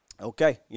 okay